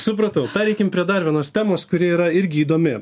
supratau pereikim prie dar vienos sistemos kuri yra irgi įdomi